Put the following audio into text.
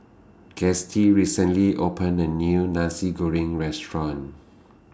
Gustie recently opened A New Nasi Goreng Restaurant